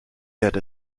had